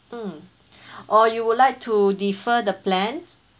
mm or you would like to defer the plans